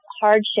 hardship